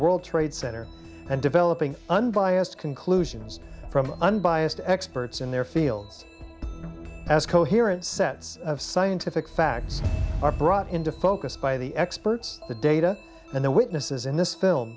world trade center and developing unbiased conclusions from unbiased experts in their fields as coherent sets of scientific facts are brought into focus by the experts the data and the witnesses in this film